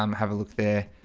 um have a look there?